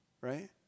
right